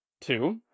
Two